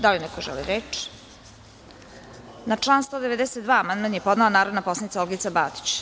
Da li neko želi reč? (Ne) Na član 192. amandman je podnelanarodna poslanicaOlgica Batić.